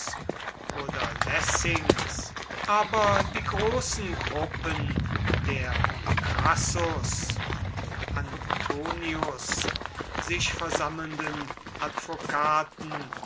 oder lessings aber die großen gruppen der um crassus und antonius sich versammelnden